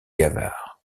gavard